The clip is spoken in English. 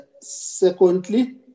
Secondly